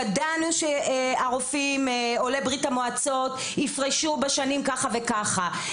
ידענו שהרופאים שהיו עולים מברית המועצות יפרשו בעוד כך וכך שנים,